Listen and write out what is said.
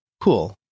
Cool